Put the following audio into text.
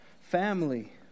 family